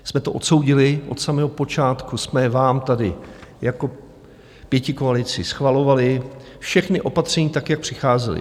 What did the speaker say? jsme to odsoudili, od samého počátku jsme vám tady jako pětikoalici schvalovali všechna opatření, tak jak přicházela.